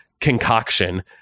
concoction